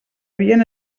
havien